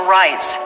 rights